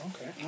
Okay